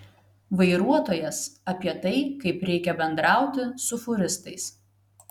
vairuotojas apie tai kaip reikia bendrauti su fūristais